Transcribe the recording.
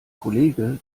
kollege